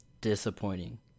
disappointing